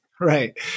Right